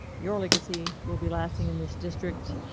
your legacy will be lasting in this district.